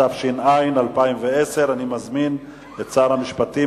התש"ע 2010. אני מזמין את שר המשפטים,